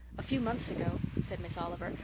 a few months ago, said miss oliver,